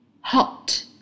Hot